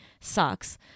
sucks